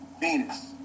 Venus